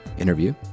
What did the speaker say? interview